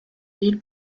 ville